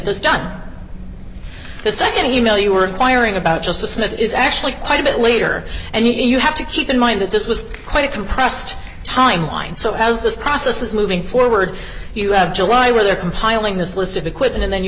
this done the nd you know you were firing about just the senate is actually quite a bit later and you have to keep in mind that this was quite a compressed timeline so as this process is moving forward you have july where there compiling this list of equipment and then you